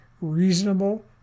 reasonable